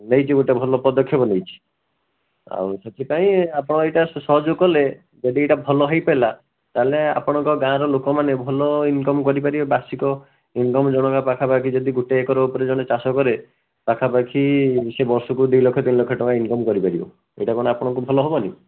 ନେଇଛି ଗୋଟେ ଭଲ ପଦକ୍ଷେପ ନେଇଛି ଆଉ ସେଥିପାଇଁ ଆପଣ ଏଇଟା ସହଯୋଗ କଲେ ଯଦି ଏଇଟା ଭଲ ହେଇପାରିଲା ତାହେଲେ ଆପଣଙ୍କ ଗାଁର ଲୋକମାନେ ଭଲ ଇନକମ୍ କରିପାରିବେ ବାର୍ଷିକ ଇନକମ୍ ଜଣକା ପାଖାପାଖି ଯଦି ଗୋଟେ ଏକର ଉପରେ ଜଣେ ଚାଷ କରେ ପାଖାପାଖି ସେ ବର୍ଷକୁ ଦୁଇ ଲକ୍ଷ ତିନି ଲକ୍ଷ ଟଙ୍କା ଇନକମ୍ କରିପାରିବ ଏଇଟା କ'ଣ ଆପଣଙ୍କ ଭଲ ହବନି